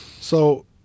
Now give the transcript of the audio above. So-